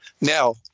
Now